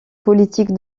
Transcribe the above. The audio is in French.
politique